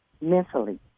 mentally